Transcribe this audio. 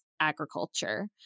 agriculture